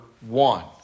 one